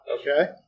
okay